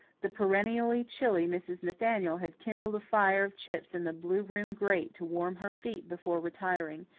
the perennially chilly mrs. nathaniel had kindled a fire of chips in the blue room grate to warm her feet before retiring,